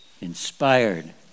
inspired